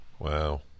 Wow